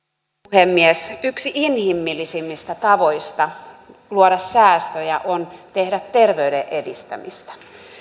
puhemies yksi inhimillisimmistä tavoista luoda säästöjä on tehdä terveyden edistämistä